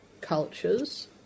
cultures